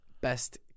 Best